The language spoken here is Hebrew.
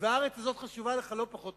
חבר הכנסת שאמה: